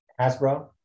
Hasbro